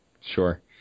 sure